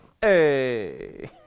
Hey